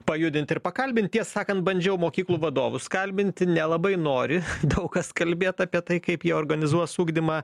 pajudint ir pakalbint tiesą sakant bandžiau mokyklų vadovus kalbinti nelabai nori daug kas kalbėt apie tai kaip jie organizuos ugdymą